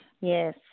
Yes